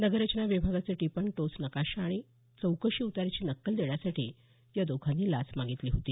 नगर रचना विभागाचं टिपण टोच नकाशा आणि चौकशी उताऱ्याची नक्कल देण्यासाठी या दोघांनी लाच मागितली होती